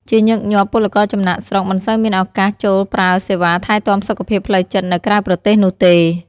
ជាញឹកញាប់ ពលករចំណាកស្រុកមិនសូវមានឱកាសចូលប្រើសេវាថែទាំសុខភាពផ្លូវចិត្តនៅក្រៅប្រទេសនោះទេ។